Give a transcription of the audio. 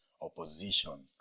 opposition